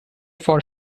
for